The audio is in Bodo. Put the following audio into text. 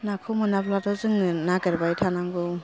नाखौ मोनाबाथ' जोङो नागेरबाय थानांगौ